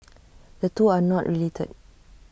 the two are not related